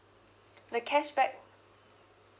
the cashback